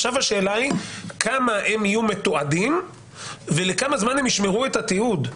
עכשיו השאלה היא כמה הם יהיו מתועדים ולכמה זמן הם ישמרו את התיעוד,